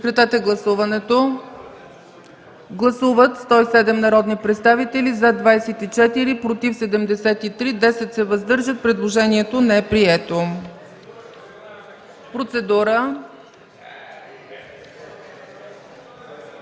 Предложението не е прието. Процедура.